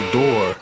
door